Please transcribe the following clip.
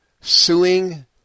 Suing